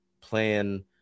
playing